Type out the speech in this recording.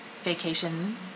vacation